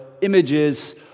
images